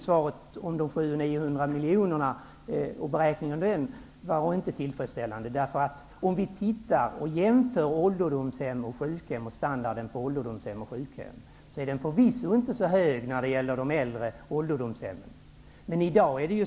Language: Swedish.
Svaret om de 700--900 miljonerna och beräkningen av dem var inte tillfredsställande. Om vi jämför standarden på ålderdomshem och på sjukhem är den förvisso inte så hög när det gäller de äldre ålderdomshemmen.